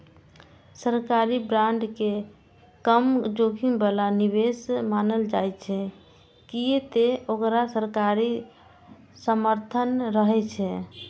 सरकारी बांड के कम जोखिम बला निवेश मानल जाइ छै, कियै ते ओकरा सरकारी समर्थन रहै छै